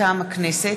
מטעם הכנסת: